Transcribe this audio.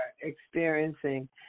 experiencing